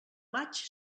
maig